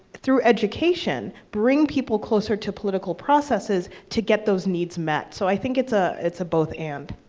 through education, bring people closer to political processes to get those needs met. so i think it's ah it's a both and.